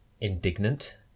indignant